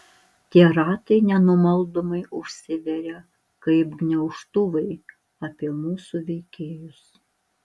tie ratai nenumaldomai užsiveria kaip gniaužtuvai apie mūsų veikėjus